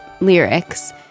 lyrics